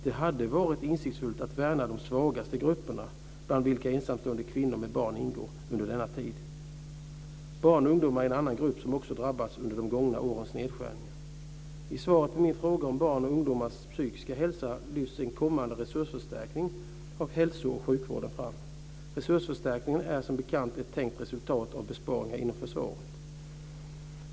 Det hade varit insiktsfullt att värna de svagaste grupperna, bland vilka ensamstående kvinnor med barn ingår, under denna tid. Barn och ungdomar är en annan grupp som också drabbats av de gångna årens nedskärningar. I svaret på min fråga om barns och ungdomars psykiska hälsa lyfts en kommande resursförstärkning av hälso och sjukvården fram. Resursförstärkningen är som bekant ett tänkt resultat av besparingar inom försvaret.